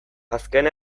azken